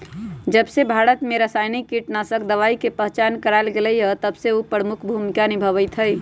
जबसे भारत में रसायनिक कीटनाशक दवाई के पहचान करावल गएल है तबसे उ प्रमुख भूमिका निभाई थई